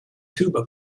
tuba